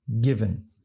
given